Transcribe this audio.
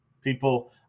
People